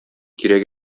кирәк